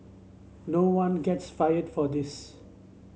no one gets fired for this